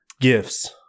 gifts